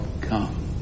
come